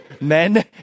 Men